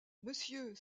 monsieur